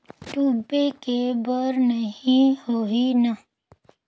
डूबे के बर नहीं होही न?